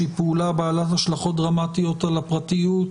שהיא פעולה בעלת השלכות דרמטיות על הפרטיות,